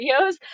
videos